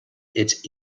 its